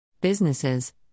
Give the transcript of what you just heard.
Businesses